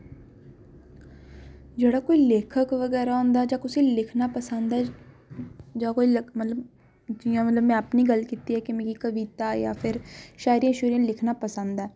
जेह्ड़ा कोई लेखक बगैरा होंदा ऐ जां कुसै गी लिखना पसंद ऐ जां कोई मतलब जि'यां में अपनी गल्ल कीती ऐ कि मिगी कविता जां फिर श्यरियां शुयरियां लिखना पसंद ऐ